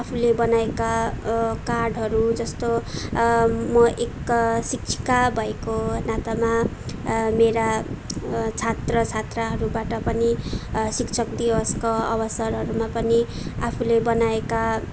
आफूले बनाएका कार्डहरू जस्तो म एक शिक्षिका भएको नातामा मेरा छात्र छात्राहरूबाट पनि शिक्षक दिवसको अवसरहरूमा पनि आफूले बनाएका